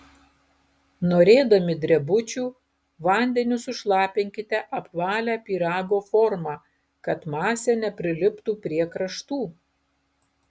norėdami drebučių vandeniu sušlapinkite apvalią pyrago formą kad masė nepriliptų prie kraštų